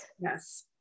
Yes